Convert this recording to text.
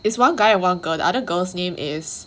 is one guy and one girl the other girl's name is